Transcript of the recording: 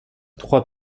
trois